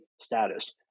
status